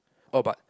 orh but